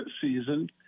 season